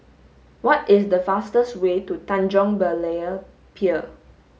what is the fastest way to Tanjong Berlayer Pier